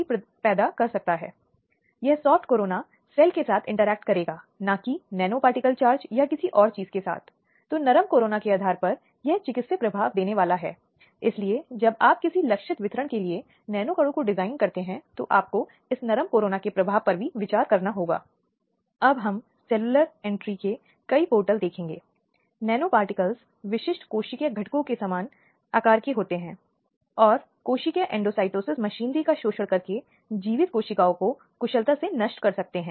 इस मामले की सूचना बाल कल्याण समिति को दी जानी चाहिए और विशेष रूप से यौन शोषण के मामलों में बहुत महत्वपूर्ण बात यह है कि चिकित्सा परीक्षा महिलाओं और बच्चों के लिए दुःस्वप्न बन जाती है और विशेष रूप से POCSO अधिनियम की पैरवी करती है और विशेष रूप से नियम स्पष्ट रूप से स्पष्ट करती है माता पिता या किसी अन्य व्यक्ति की उपस्थिति में बच्चे का चिकित्सा परीक्षण अत्यंत सावधानी और संवेदनशीलता के साथ किया जाना चाहिए जिसमें बच्चा विश्वास को दोहराता है